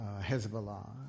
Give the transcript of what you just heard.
Hezbollah